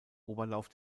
oberlauf